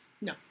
No